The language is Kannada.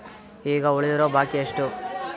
ಈಗ ಉಳಿದಿರೋ ಬಾಕಿ ಎಷ್ಟು?